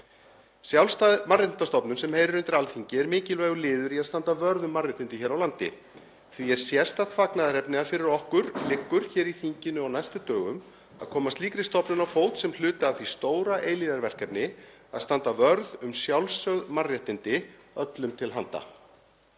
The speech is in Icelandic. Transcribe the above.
Sjálfstæð mannréttindastofnun sem heyrir undir Alþingi er mikilvægur liður í að standa vörð um mannréttindi hér á landi. Því er sérstakt fagnaðarefni að fyrir okkur liggur hér í þinginu á næstu dögum að koma slíkri stofnun á fót sem hluta af því stóra eilífðarverkefni að standa vörð um sjálfsögð mannréttindi öllum til handa.